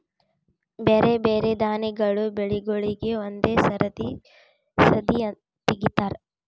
ಬ್ಯಾರೆ ಬ್ಯಾರೆ ದಾನಿಗಳ ಬೆಳಿಗೂಳಿಗ್ ಒಂದೇ ಸರತಿ ಸದೀ ತೆಗಿತಾರ